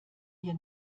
hier